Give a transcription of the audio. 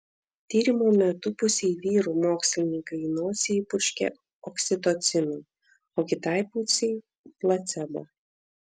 tyrimo metu pusei vyrų mokslininkai į nosį įpurškė oksitocino o kitai pusei placebo